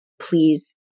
please